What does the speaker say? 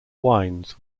wines